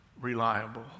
reliable